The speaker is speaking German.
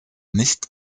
nicht